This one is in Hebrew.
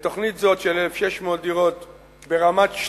לתוכנית זאת של 1,600 דירות ברמת-שלמה,